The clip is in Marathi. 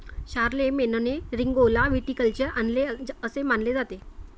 शारलेमेनने रिंगौला व्हिटिकल्चर आणले असे मानले जाते